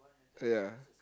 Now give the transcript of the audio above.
ya